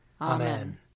Amen